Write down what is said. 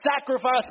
sacrifice